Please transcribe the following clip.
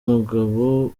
mugabo